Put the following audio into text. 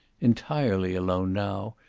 entirely alone now,